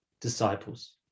disciples